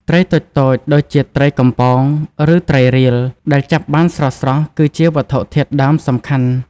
ត្រីតូចៗ ដូចជាត្រីកំប៉ោង ឬត្រីរៀល ដែលចាប់បានស្រស់ៗ គឺជាវត្ថុធាតុដើមសំខាន់។